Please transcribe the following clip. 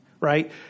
right